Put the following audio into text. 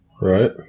Right